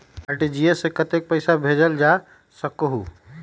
RTGS से कतेक पैसा भेजल जा सकहु???